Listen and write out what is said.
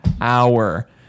Hour